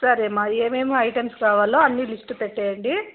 సరేమా ఏమేమొ ఐటెమ్స్ కావాలో అన్ని లిస్ట్ పెట్టేయండి